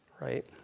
right